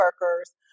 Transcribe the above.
workers